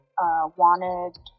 wanted